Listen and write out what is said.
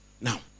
Now